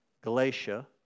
Galatia